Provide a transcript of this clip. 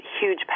huge